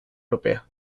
europea